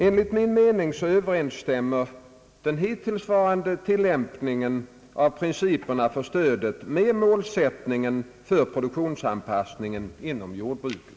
Enligt min mening överensstämmer den hittillsvarande tilllämpningen av principerna för stödet med målsättningen för produktionsanpassningen inom jordbruket.